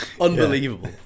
unbelievable